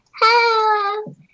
Hello